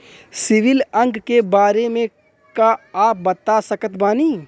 CIBIL अंक के बारे मे का आप बता सकत बानी?